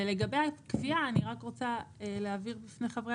ולגבי הקביעה אני רק רוצה להבהיר בפני חברי